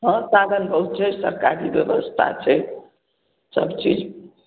हँ साधन बहुत छै सरकारी ब्यवस्था छै सब चीज